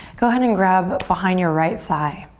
go ahead and grab behind your right thigh.